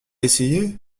essayé